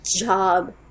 job